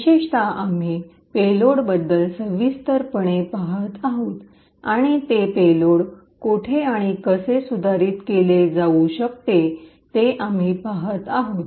विशेषतः आम्ही पेलोड बद्दल सविस्तरपणे पहात आहोत आणि ते पेलोड कोठे आणि कसे सुधारित केले जाऊ शकते हे आम्ही पहात आहोत